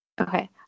okay